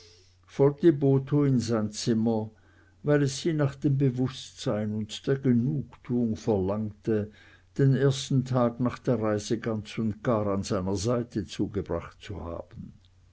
in sein zimmer weil es sie nach dem bewußtsein und der genugtuung verlangte den ersten tag nach der reise ganz und gar an seiner seite zugebracht zu haben